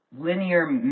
linear